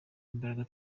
imbaraga